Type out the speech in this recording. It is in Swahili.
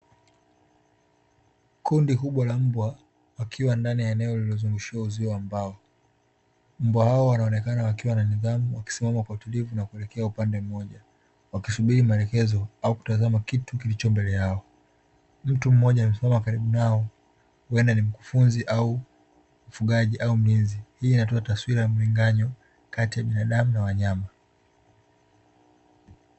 Kundi kubwa la mbwa wakiwa ndani ya eneo lililozungushiwa uzio wa mbao. Mbwa hao wanaonekana wakiwa na nidhamu wakisimama kwa utulivu na kuelekea upande mmoja wakisubiri maelekezo au kutazama kitu kilicho mbele yao. Mtu mmoja amesimama karibu yao, huende ni mkufunzi au mfugaji au mlinzi; hii inatoa taswira mlinganyo kati ya binadamu na wanyama.